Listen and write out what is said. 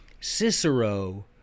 Cicero